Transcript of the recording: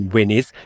Venice